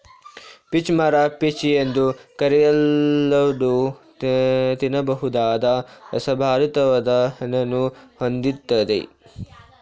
peach ಮರ peach ಎಂದು ಕರೆಯಲ್ಪಡೋ ತಿನ್ನಬಹುದಾದ ರಸಭರಿತ್ವಾದ ಹಣ್ಣನ್ನು ಹೊಂದಿರ್ತದೆ